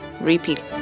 repeat